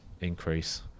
increase